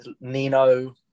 Nino